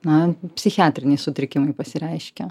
na psichiatriniai sutrikimai pasireiškia